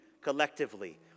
collectively